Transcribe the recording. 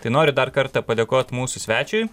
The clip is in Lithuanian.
tai noriu dar kartą padėkot mūsų svečiui